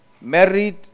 married